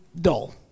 dull